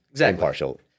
impartial